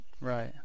Right